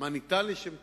מה ניתן לשם כך.